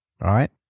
right